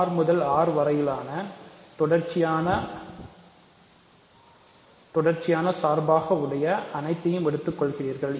R முதல் R வரையிலான தொடர்ச்சியான சார்பாக உடைய அனைத்தையும் எடுத்துக்கொள்கிறீர்கள்